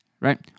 right